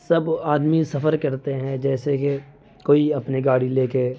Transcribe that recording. سب آدمی سفر کرتے ہیں جیسے کہ کوئی اپنی گاڑی لے کے